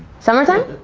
summertime.